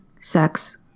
sex